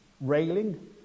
railing